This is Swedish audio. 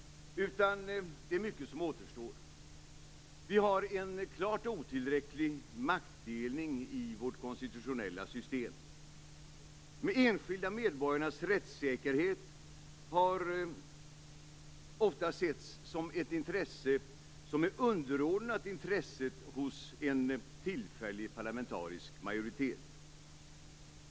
Det är mycket som återstår. Vi har en klart otillräcklig maktdelning i vårt konstitutionella system. De enskilda medborgarnas rättssäkerhet har ofta setts som ett intresse som är underordnat intresset hos en tillfällig parlamentarisk majoritet.